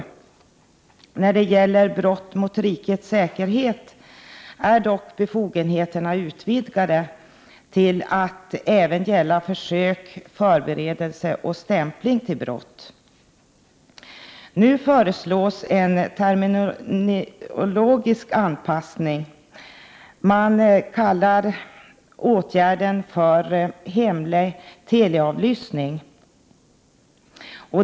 När det gäller brott mot rikets säkerhet är dock befogenheterna utvidgade till att även gälla försök, förberedelser och stämpling till brott. Nu föreslås en terminologisk anpassning. Man kallar åtgärden för hemlig teleavlyssning.